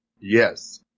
Yes